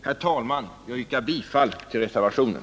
Herr talman, jag yrkar bifall till reservationen.